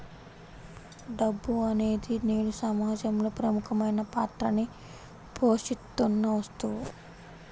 డబ్బు అనేది నేడు సమాజంలో ప్రముఖమైన పాత్రని పోషిత్తున్న వస్తువు